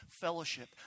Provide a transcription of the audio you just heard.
fellowship